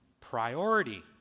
priority